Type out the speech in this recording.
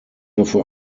hoffe